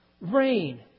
rain